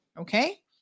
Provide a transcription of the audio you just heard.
Okay